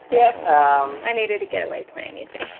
yep i needed to get away play and music.